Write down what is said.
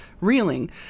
reeling